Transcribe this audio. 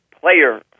player